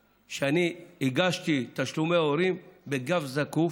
הגשתי תשלומי הורים בגב זקוף,